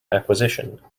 acquisition